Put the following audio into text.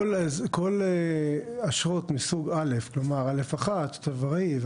כל אשרות מסוג א' כלומר א'1 תושב ארעי,